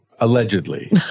Allegedly